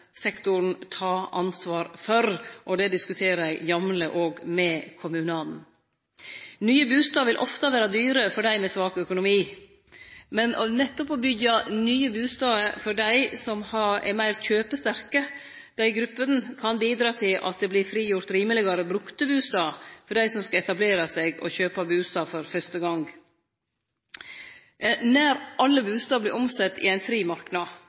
Nye bustader vil ofte vere dyre for dei med svak økonomi. Men å byggje nye bustader nettopp for dei gruppene som er meir kjøpesterke, kan bidra til at det vert frigjort rimelegare brukte bustader for dei som skal etablere seg og kjøpe bustad for fyrste gong. Nær alle bustader vert omsette i ein fri marknad.